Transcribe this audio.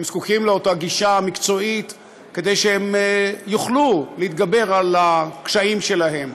הם זקוקים לאותה גישה מקצועית כדי שהם יוכלו להתגבר על הקשיים שלהם,